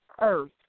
earth